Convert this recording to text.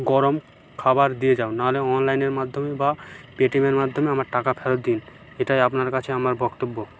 গরম খাবার দিয়ে যাও নাহলে অনলাইনের মাধ্যমে বা পেটিএমের মাধ্যমে আমার টাকা ফেরত দিন এটাই আপনার কাছে আমার বক্তব্য